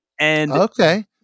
Okay